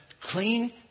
clean